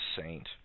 Saint